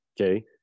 okay